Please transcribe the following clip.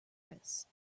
purpose